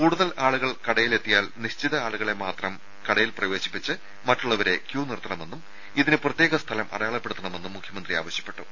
കൂടുതൽ ആളുകൾ കടയിലെത്തിയാൽ നിശ്ചിത ആളുകളെ മാത്രം കടയിൽ പ്രവേശിപ്പിച്ച് മറ്റുള്ളവരെ ക്യൂ നിർത്തണമെന്നും ഇതിന് പ്രത്യേകം സ്ഥലം അടയാളപ്പെടുത്തണമെന്നും മുഖ്യമന്ത്രി ആവശ്യപ്പെട്ടു